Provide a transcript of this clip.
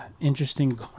interesting